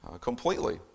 completely